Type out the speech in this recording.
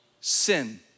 sin